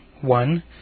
One